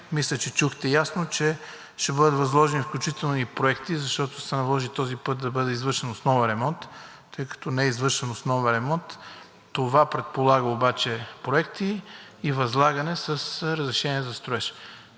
мисля, че чухте ясно, че ще бъдат възложени включително и проекти, защото ще се наложи на този път да бъде извършен основен ремонт, тъй като не е извършен основен ремонт, това предполага обаче проекти и възлагане с разрешение за строеж.